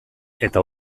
eta